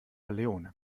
leone